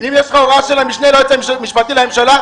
אם יש לך הוראה של המשנה ליועץ המשפטי לממשלה,